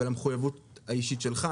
ולמחויבות האישית שלך.